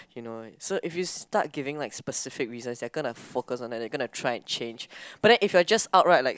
you know it so if you start giving like specific reasons they're gonna focus on it they're gonna like try and change but then if like just upright like